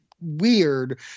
weird